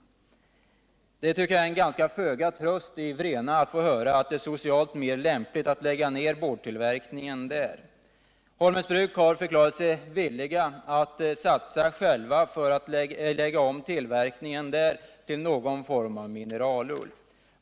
Det är, tycker jag, till föga tröst i Vrena att få höra att det är socialt mer lämpligt att lägga ner boardtillverkningen där. Holmens Bruk har självt förklarat sig villigt att satsa för att lägga om tillverkningen där till någon form av mineralull.